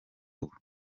ubu